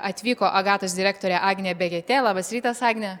atvyko agatos direktorė agnė begetė labas rytas agne